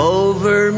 over